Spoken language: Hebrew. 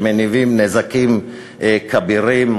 שמניב נזקים כבירים.